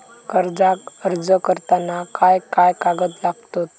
कर्जाक अर्ज करताना काय काय कागद लागतत?